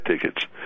tickets